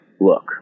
look